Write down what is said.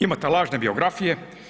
Imate lažne biografije.